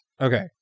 okay